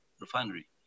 refinery